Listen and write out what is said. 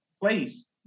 place